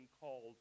called